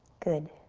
good.